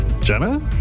Jenna